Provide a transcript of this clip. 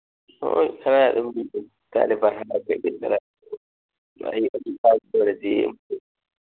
ꯍꯣꯏ ꯑꯣꯏꯔꯗꯤ